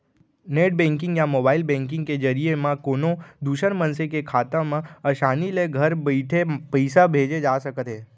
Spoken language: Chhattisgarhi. नेट बेंकिंग या मोबाइल बेंकिंग के जरिए म कोनों दूसर मनसे के खाता म आसानी ले घर बइठे पइसा भेजे जा सकत हे